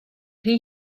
rhy